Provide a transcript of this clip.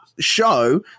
show